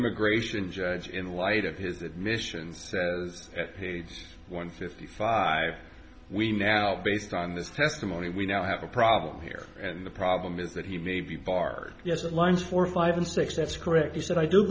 immigration judge in light of his admissions at page one fifty five we now based on this testimony we now have a problem here and the problem is that he may be barred yes lines four five and six that's correct he said i do